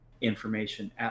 information